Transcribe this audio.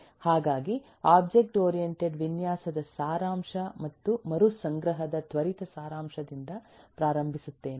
ಹಾಗಾಗಿ object oriented ವಿನ್ಯಾಸದ ಸಾರಾಂಶ ಮತ್ತು ಮರುಸಂಗ್ರಹದ ತ್ವರಿತ ಸಾರಾಂಶದಿಂದ ಪ್ರಾರಂಭಿಸುತ್ತೇನೆ